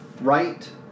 Right